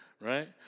right